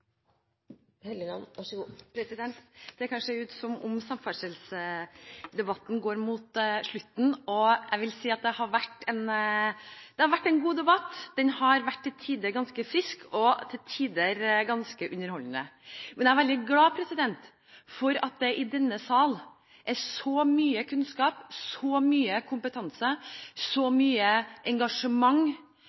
Det kan se ut som om samferdselsdebatten går mot slutten. Jeg vil si at det har vært en god debatt; den har til tider vært ganske frisk og til tider ganske underholdende. Men jeg er veldig glad for at det i denne sal er så mye kunnskap, så mye kompetanse, så mye engasjement